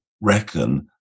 reckon